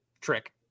trick